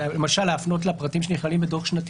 למשל להפנות לפרטים שנכללים בדוח שנתי